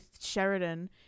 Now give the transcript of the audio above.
Sheridan